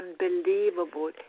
unbelievable